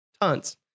tons